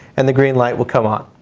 and the green light will come on.